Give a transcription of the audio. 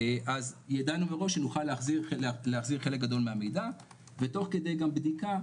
אז ידענו מראש שנוכל להחזיר חלק גדול מהמידע ותוך גם בדיקה,